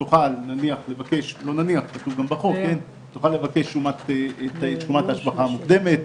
אני מבקש להחליף את המילים האלה,